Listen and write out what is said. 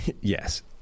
Yes